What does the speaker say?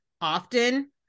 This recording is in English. often